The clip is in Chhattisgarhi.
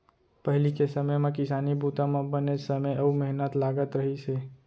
पहिली के समे म किसानी बूता म बनेच समे अउ मेहनत लागत रहिस हे